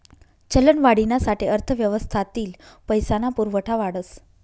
चलनवाढीना साठे अर्थव्यवस्थातील पैसा ना पुरवठा वाढस